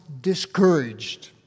discouraged